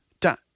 da